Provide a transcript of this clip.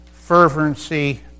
fervency